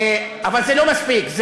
אבל זה לא מספיק.